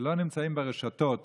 שלא נמצאים ברשתות